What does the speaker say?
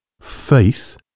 Faith